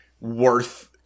worth